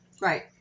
Right